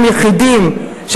חבר הכנסת בילסקי,